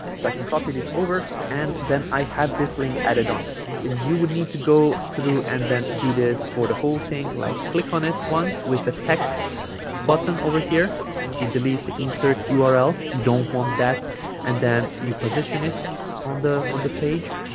so i can copy this over and then i have this link added um on and you would need to go through and then do this for the whole thing like click on it once with the text button over here you delete the insert url you don't want that and then you position it on the on the page